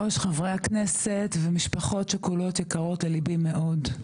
חברי הכנסת ומשפחות שכולות יקרות ללבי מאוד,